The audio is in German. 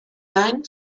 laien